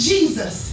Jesus